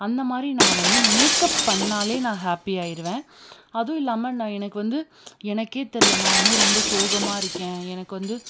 அந்த மாதிரி நான் வந்து மேக்கப் பண்ணாலே நான் வந்து ஹாப்பி ஆகிடுவேன் அதுவும் இல்லாமல் நான் எனக்கு வந்து எனக்கே தெரியல நான் வந்து ரொம்ப சோகமாக இருக்கேன் எனக்கு வந்து